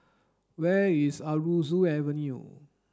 where is Aroozoo Avenue